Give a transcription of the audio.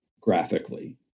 graphically